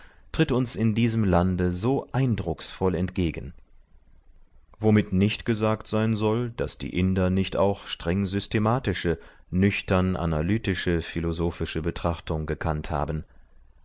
tritt uns in diesem lande so eindrucksvoll entgegen womit nicht gesagt sein soll daß die inder nicht auch streng systematische nüchtern analytische philosophische betrachtung gekannt haben